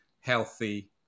healthy